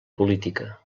política